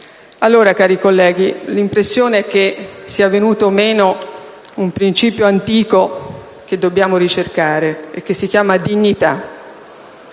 Allora, cari colleghi, l'impressione è che sia venuto meno un principio antico che dobbiamo ricercare e che si chiama dignità,